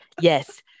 Yes